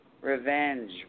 Revenge